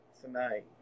tonight